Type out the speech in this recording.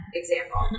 example